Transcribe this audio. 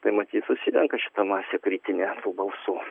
tai matyt susirenka šita masė kritinė tų balsų